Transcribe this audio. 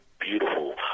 beautiful